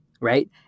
Right